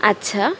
আচ্ছা